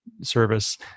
service